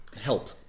help